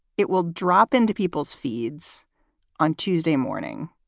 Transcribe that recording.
it will drop into people's feeds on tuesday morning.